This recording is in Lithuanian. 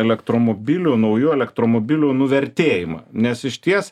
elektromobilių naujų elektromobilių nuvertėjimą nes išties